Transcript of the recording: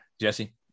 Jesse